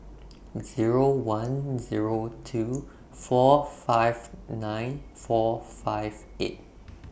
Zero one Zero two four five nine four five eight